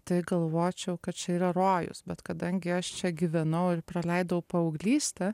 tai galvočiau kad čia yra rojus bet kadangi aš čia gyvenau ir praleidau paauglystę